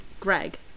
greg